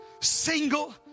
single